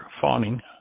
fawning